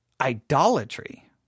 idolatry